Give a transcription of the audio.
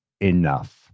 enough